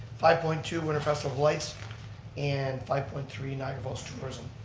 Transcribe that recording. five point two winter festival of lights and five point three niagara falls tourism.